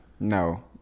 No